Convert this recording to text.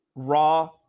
Raw